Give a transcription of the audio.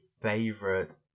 favorite